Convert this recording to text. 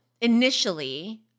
initially